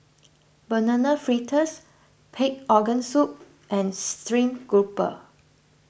Banana Fritters Pig Organ Soup and Stream Grouper